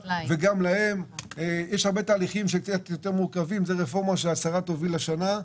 יש הרבה תהליכים קצת יותר מורכבים וזו רפורמה שהשרה תוביל השנה.